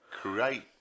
create